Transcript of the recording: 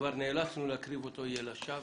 שכבר נאלצנו להקריב, יהיה לשווא.